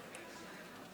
מצביע אפרת רייטן מרום,